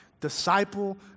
disciple